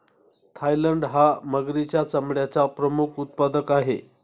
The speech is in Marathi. थायलंड हा मगरीच्या चामड्याचा प्रमुख उत्पादक आहे